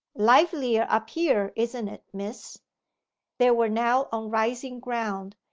livelier up here, isn't it, miss they were now on rising ground,